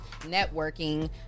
networking